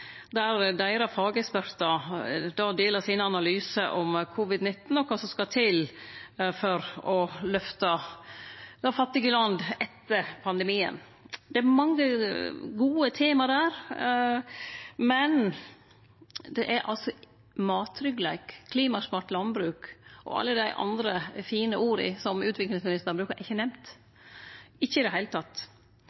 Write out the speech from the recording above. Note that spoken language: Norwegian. og kva som skal til for å løfte fattige land etter pandemien. Det er mange gode tema der, men «mattryggleik», «klimasmart landbruk» og alle dei andre fine orda som utviklingsministeren bruker, er ikkje nemnt,